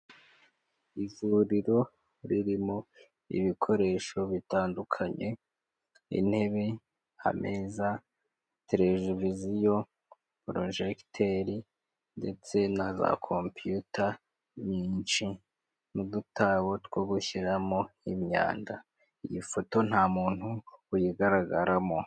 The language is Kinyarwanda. Ivuriro ririmo ibikoresho bitandukanye. Intebe, ameza, telelevisiyo, purojegiteri ndetse na za komputer nyinshi n'udutabo two gushyiramo imyanda. Iyi foto nta muntu ugaragaramo.